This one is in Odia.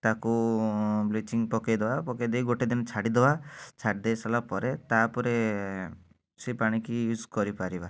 ତାକୁ ବ୍ଲିଚିଂ ପକାଇଦେବା ପକାଇ ଦେଇକି ଗୋଟେ ଦିନି ଛାଡ଼ି ଦେବା ଛାଡ଼ି ଦେଇସାରିଲା ପରେ ତାପରେ ସେ ପାଣିକି ୟୁଜ କରିପାରିବା